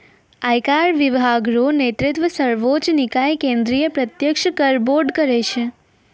आयकर विभाग रो नेतृत्व सर्वोच्च निकाय केंद्रीय प्रत्यक्ष कर बोर्ड करै छै